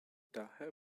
daher